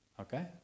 Okay